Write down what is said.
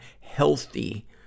healthy